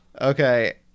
Okay